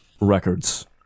records